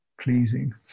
pleasing